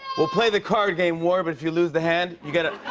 we'll play the card game war, but if you lose the hand, you get a